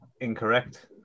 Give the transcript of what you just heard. Incorrect